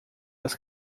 das